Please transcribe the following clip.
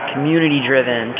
community-driven